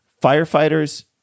firefighters